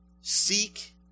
seek